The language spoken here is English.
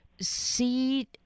see